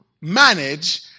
manage